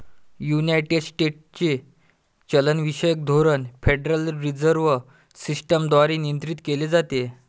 United स्टेट्सचे चलनविषयक धोरण फेडरल रिझर्व्ह सिस्टम द्वारे नियंत्रित केले जाते